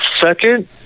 second